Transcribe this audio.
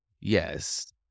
Yes